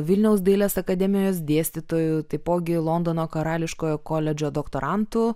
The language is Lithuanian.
vilniaus dailės akademijos dėstytoju taipogi londono karališkojo koledžo doktorantu